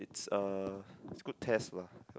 it's a it's good test lah